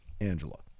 Angela